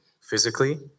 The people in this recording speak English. Physically